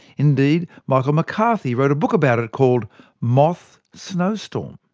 indeed, michael mccarthy wrote a book about it, called moth snowstorm.